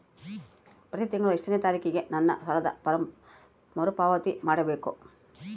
ಪ್ರತಿ ತಿಂಗಳು ಎಷ್ಟನೇ ತಾರೇಕಿಗೆ ನನ್ನ ಸಾಲದ ಮರುಪಾವತಿ ಮಾಡಬೇಕು?